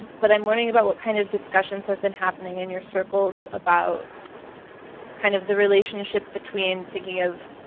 but i'm wondering about what kind of discussions have been happening in your circles about kind of the relationship between thinking of